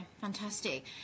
fantastic